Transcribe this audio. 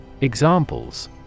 Examples